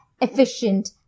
efficient